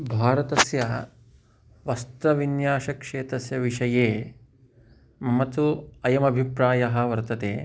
भारतस्य वस्त्रविन्यासक्षेत्रस्य विषये मम तु अयम् अभिप्रायः वर्तते